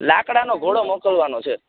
લાકડાનો ઘોડો મોકલવાનો છે